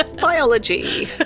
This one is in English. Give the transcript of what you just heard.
Biology